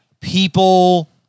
people